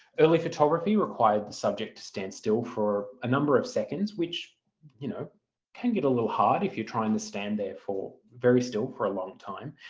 early photography required the subject to stand still for a number of seconds which you know can get a little hard if you're trying to stand there very still for a long time.